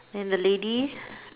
then the lady